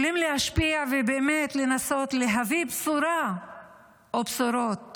אתם יכולים להשפיע ובאמת לנסות להביא בשורה או בשורות